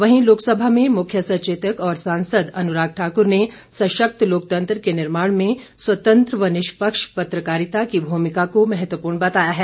वहीं लोकसभा में मुख्य सचेतक और सांसद अनुराग ठाकुर ने सशक्त लोकतंत्र के निर्माण में स्वतंत्र व निष्पक्ष पत्रकारिता की भूमिका को महत्वपूर्ण बताया है